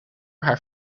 haar